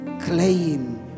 claim